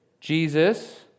Jesus